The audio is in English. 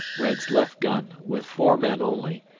red's left gun, with four men only,